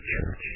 church